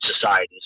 societies